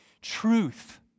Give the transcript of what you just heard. truth